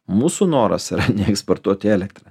mūsų noras yra ne eksportuoti elektrą